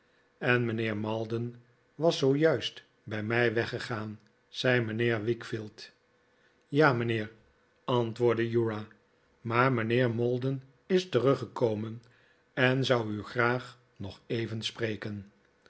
en mijnheer maldon is zoo juist bij mij weggegaan zei mijnheer wickfield ja mijnheer antwoordde uriah maar mijnheer maldon is teruggekomen en zou u graag nog even spreken